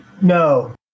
No